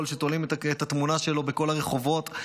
ותולים את התמונה שלו בכל הרחובות,